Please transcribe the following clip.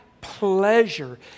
pleasure